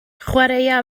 chwaraea